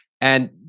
And-